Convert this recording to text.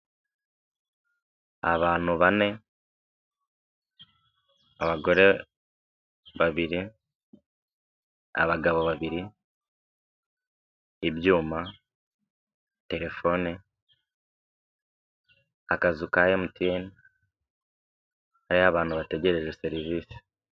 Abantu bane, abagore babiri, abagabo babiri, ibyuma, telefone, akazu ka emutiyene, hariyo abantu bategereje serivisi.